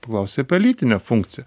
paklausi apie lytinę funkciją